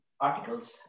articles